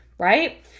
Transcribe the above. Right